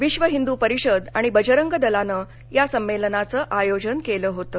विश्व हिंदू परिषद आणि बजरंग दलानं या संमेलनाचं आयोजन केलं होतं